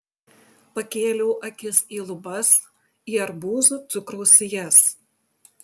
pakėliau akis į lubas į arbūzų cukraus sijas